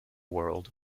world